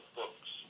books